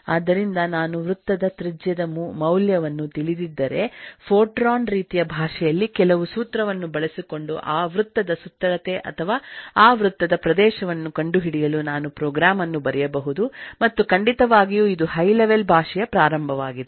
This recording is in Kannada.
ಆದ್ದರಿಂದ ನಾನು ವೃತ್ತದ ತ್ರಿಜ್ಯದ ಮೌಲ್ಯವನ್ನು ತಿಳಿದಿದ್ದರೆ ಫೋರ್ಟ್ರಾನ್ ರೀತಿಯ ಭಾಷೆಯಲ್ಲಿ ಕೆಲವು ಸೂತ್ರವನ್ನು ಬಳಸಿಕೊಂಡು ಆ ವೃತ್ತದ ಸುತ್ತಳತೆ ಅಥವಾ ಆ ವೃತ್ತದ ಪ್ರದೇಶವನ್ನು ಕಂಡುಹಿಡಿಯಲು ನಾನು ಪ್ರೋಗ್ರಾಂ ಅನ್ನು ಬರೆಯಬಹುದು ಮತ್ತು ಖಂಡಿತವಾಗಿಯೂ ಇದು ಹೈ ಲೆವೆಲ್ ಭಾಷೆಯ ಪ್ರಾರಂಭವಾಗಿದೆ